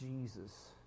Jesus